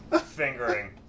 fingering